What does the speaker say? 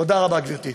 תודה רבה, גברתי.